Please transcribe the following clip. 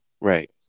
right